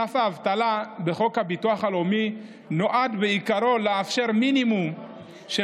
ענף האבטלה בחוק הביטוח הלאומי נועד בעיקרו לאפשר מינימום של